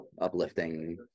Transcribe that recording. uplifting